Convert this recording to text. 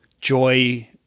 joy